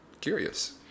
curious